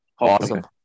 Awesome